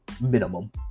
minimum